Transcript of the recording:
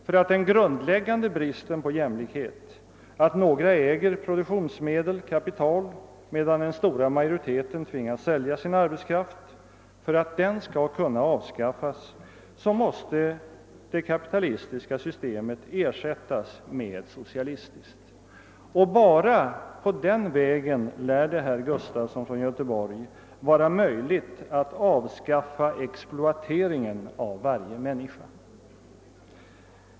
För att den grundläggande bristen på jämlikhet — att några äger produktionsmedel, kapital, medan den stora majoriteten tvingas sälja sin arbetskraft — skall kunna avskaffas måste det kapitalistiska systemet ersättas med ett socialistiskt. Bara på den vägen lär det, herr Gustafson i Göteborg, vara möjligt att avskaffa exploateringen av varje människa.